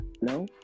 No